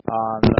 on